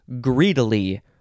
greedily